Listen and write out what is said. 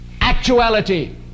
actuality